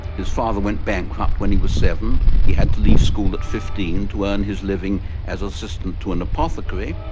his father went bankrupt when he was seven. he had to leave school at fifteen to earn his living as an assistant to an apothecary.